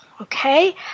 Okay